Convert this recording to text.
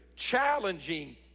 challenging